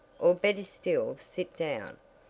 or better still sit down,